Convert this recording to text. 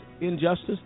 injustice